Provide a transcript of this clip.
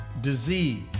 disease